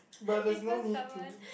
but there's no need to